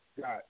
got